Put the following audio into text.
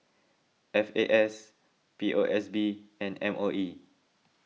F A S P O S B and M O E